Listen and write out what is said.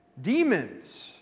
Demons